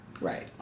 Right